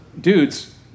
dudes